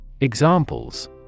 Examples